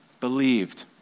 believed